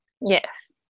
yes